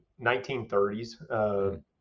1930s